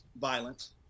violence